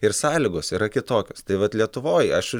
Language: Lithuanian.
ir sąlygos yra kitokios tai vat lietuvoj aš